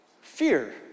Fear